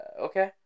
okay